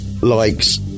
likes